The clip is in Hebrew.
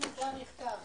הישיבה ננעלה